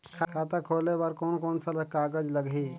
खाता खुले बार कोन कोन सा कागज़ लगही?